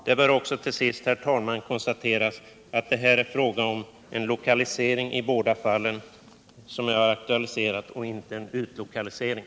Det bör också till sist, herr talman, konstateras att det i båda de fall jag aktualiserat är fråga om en lokalisering och inte en utlokalisering.